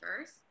first